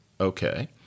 Okay